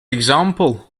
example